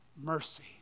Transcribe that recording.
mercy